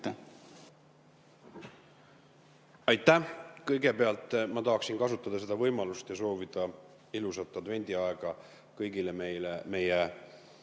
Aitäh! Kõigepealt ma tahaksin kasutada võimalust ja soovida ilusat advendiaega kõigile meie